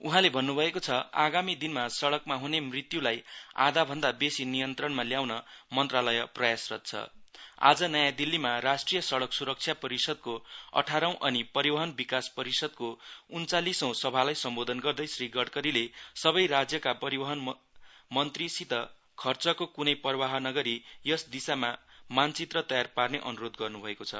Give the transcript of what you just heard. उहाँले भन्नुभएको छ आगामी दिनमा सड़कमा ह्ने मृत्युलाई आधा भन्दा बेसि नियन्त्रणमा ल्याउन मन्त्रालय प्रयासरत छ आज नयाँ दिल्लीमा राष्ट्रिय सड़क सुरक्षा परिषदको अठारौं अनि परिवहन विकास परिषदको उन्चालीसौं सभालाई सम्बोदन गर्दै श्री गडकरीले सबै राज्यका परिवहन मन्त्रीसित खर्चको क्नै पर्वाह नगरी यस दिशामा मानचित्र तयार पार्ने अनुरोध गर्नुभएको छ